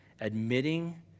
Admitting